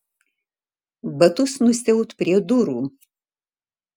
batus nusiaut prie durų